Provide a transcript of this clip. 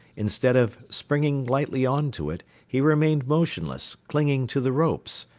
instead of springing lightly on to it, he remained motionless, clinging to the ropes,